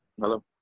Hello